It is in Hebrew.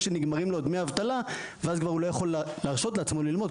שנגמרים לו דמי האבטלה ואז הוא לא יכול להרשות לעצמו ללמוד,